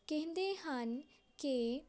ਕਹਿੰਦੇ ਹਨ ਕਿ